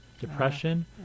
depression